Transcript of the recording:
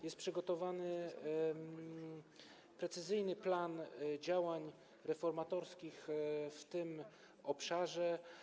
Jest przygotowany precyzyjny plan działań reformatorskich w tym obszarze.